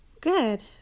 Good